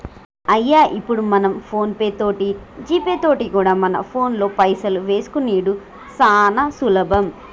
అయ్యో ఇప్పుడు మనం ఫోన్ పే తోటి జీపే తోటి కూడా మన ఫోన్లో పైసలు వేసుకునిడు సానా సులభం